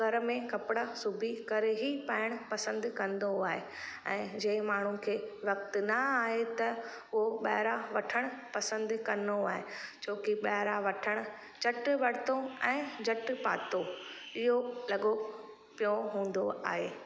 घर में कपिड़ा सुबी करे ई पाइणु पसंदि कंदो आहे ऐं जंहिं माण्हूअ खे वक़्तु न आहे त उहो ॿाहिरां वठणु पसंदि कंदो आहे छो की ॿाहिरां वठणु झटि वरितो ऐं झटि पातो इहो लॻो पियो हूंदो आहे